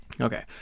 Okay